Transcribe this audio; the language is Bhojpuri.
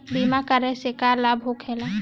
बीमा कराने से का लाभ होखेला?